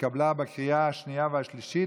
התקבל בקריאה השנייה והשלישית,